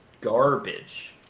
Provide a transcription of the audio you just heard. garbage